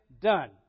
done